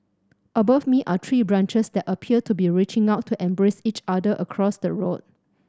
above me are tree branches that appear to be reaching out to embrace each other across the road